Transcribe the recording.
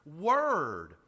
word